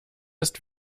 ist